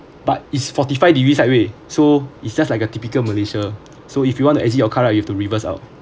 but is forty five degrees sideways so it's just like a typical malaysia so if you want to exit your car right you have to reverse out